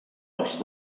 dels